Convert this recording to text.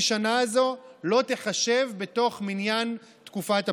השנה הזאת לא תיחשב במניין תקופת הפטור.